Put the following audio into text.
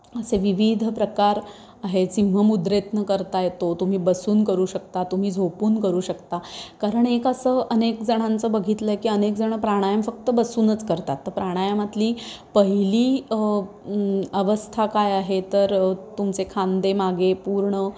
असे विविध प्रकार आहे सिंह मुद्रेतनं करता येतो तुम्ही बसून करू शकता तुम्ही झोपून करू शकता कारण एक असं अनेक जणांचं बघितलं की अनेकजणं प्राणायाम फक्त बसूनच करतात तर प्राणायामातली पहिली अवस्था काय आहे तर तुमचे खांदे मागे पूर्ण